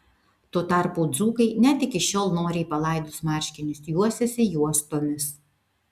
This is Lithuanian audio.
tuo tarpu dzūkai net iki šiol noriai palaidus marškinius juosiasi juostomis